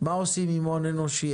מה עושים עם הון אנושי,